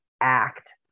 act